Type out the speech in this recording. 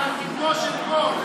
זה על חודו של קול.